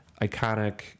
iconic